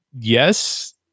Yes